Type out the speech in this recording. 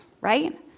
right